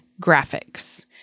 graphics